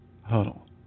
huddle